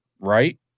right